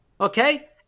Okay